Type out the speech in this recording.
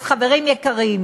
אז, חברים יקרים,